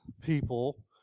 people